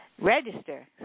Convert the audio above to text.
register